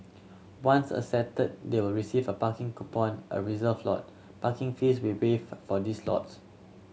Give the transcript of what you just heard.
once accepted they will receive a parking coupon or reserve a lot parking fees will waived for these lots